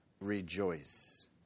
Rejoice